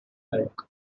like